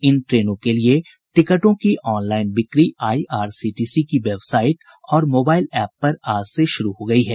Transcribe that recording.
इन ट्रेनों के लिए टिकटों की ऑनलाईन बिक्री आईआरसीटीसी की वेबसाईट और मोबाईल एप पर आज से शुरू हो गयी है